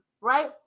right